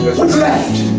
what's left?